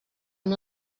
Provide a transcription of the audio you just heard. amb